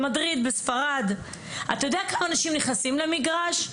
אתה יודע כמה אנשים נכנסים למגרש שלהם?